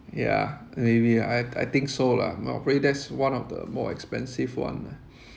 ya maybe I I think so lah that's one of the more expensive one lah